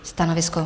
Stanovisko?